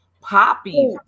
poppy